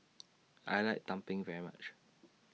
I like Tumpeng very much